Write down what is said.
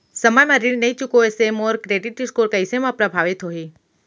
समय म ऋण नई चुकोय से मोर क्रेडिट स्कोर कइसे म प्रभावित होही?